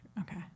Okay